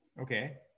Okay